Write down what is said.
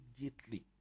immediately